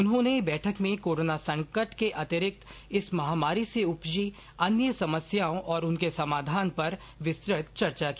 उन्होंने बैठक में कोरोना संकट के अतिरिक्त इस महामारी से उपजी अन्य समस्याओं और उनके समाधान पर विस्तृत चर्चा की